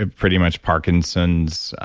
ah pretty much parkinson's,